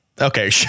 Okay